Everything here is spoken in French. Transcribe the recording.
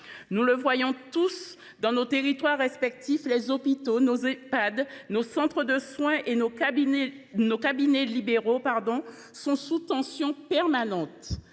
Nous le voyons tous dans nos territoires respectifs : nos hôpitaux, nos Ehpad, nos centres de soins et nos cabinets libéraux sont sous tension permanente.